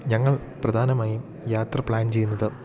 ഞങ്ങൾ പ്രധാനമായും യാത്ര പ്ലാൻ ചെയ്യുന്നത്